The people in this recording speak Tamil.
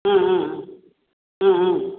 ஆ ஆ ஆ ஆ